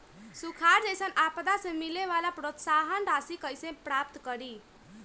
सुखार जैसन आपदा से मिले वाला प्रोत्साहन राशि कईसे प्राप्त करी?